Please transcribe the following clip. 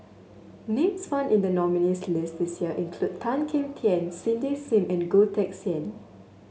names found in the nominees' list this year include Tan Kim Tian Cindy Sim and Goh Teck Sian